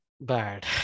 bad